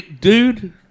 dude